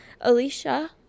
alicia